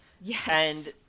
Yes